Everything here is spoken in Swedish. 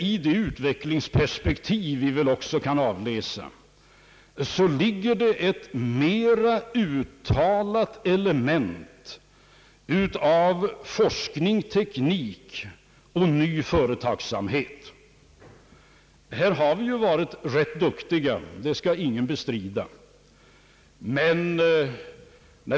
I det utvecklingsperspektiv vi väl också kan avläsa ligger ett mera uttalat element av forskning, teknik och nyföretagsamhet. Vi har ju varit rätt duktiga, det skall ingen bestrida.